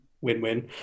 win-win